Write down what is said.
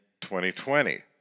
2020